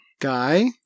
guy